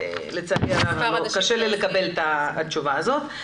לצערי הרב קשה לי לקבל את התשובה הזאת.